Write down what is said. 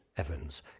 Evans